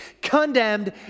condemned